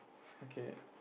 okay